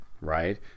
Right